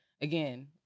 again